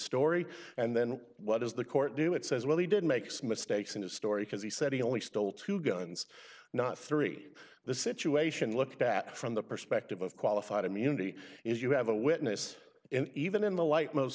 story and then what is the court do it says well he did makes mistakes in his story because he said he only stole two guns not three the situation looked at from the perspective of qualified immunity if you have a witness in even in the light most